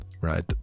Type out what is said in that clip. right